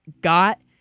Got